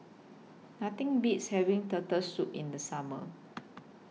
Nothing Beats having Turtle Soup in The Summer